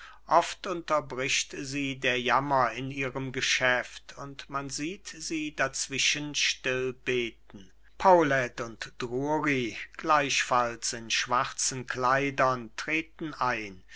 oft unterbricht sie der jammer in ihrem geschäft und man sieht sie dazwischen still beten paulet und drury gleichfalls in schwarzen kleidern treten ein